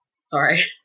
Sorry